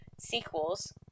sequels